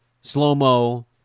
slow-mo